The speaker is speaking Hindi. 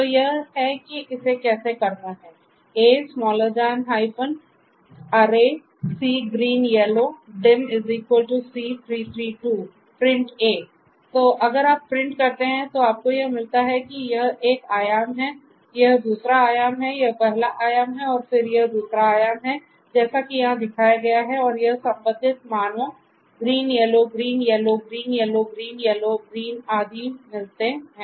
तो यह है कि इसे कैसे करना है a array print तो अगर आप प्रिंट करते हैं तो आपको यह मिलता है कि यह एक आयाम है यह दूसरा आयाम है यह पहला आयाम है और फिर यह दूसरा आयाम है जैसा कि यहां दिखाया गया है और यह संबंधित मानों green yellow green yellow green yellow green yellow greenआदि मिलते हैं